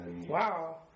Wow